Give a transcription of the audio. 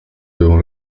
devant